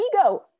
ego